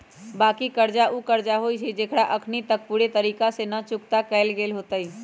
बाँकी कर्जा उ कर्जा होइ छइ जेकरा अखनी तक पूरे तरिका से न चुक्ता कएल गेल होइत